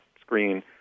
screen